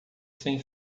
sem